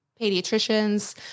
pediatricians